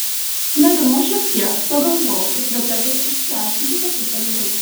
sunerimau šiek tiek pagalvojau kad vertėtų išsiaiškinti tokius dalykus